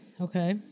Okay